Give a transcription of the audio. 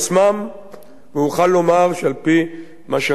ואוכל לומר שעל-פי מה שאנחנו יודעים עכשיו,